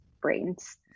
brains